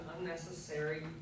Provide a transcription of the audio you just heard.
unnecessary